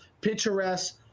picturesque